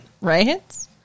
right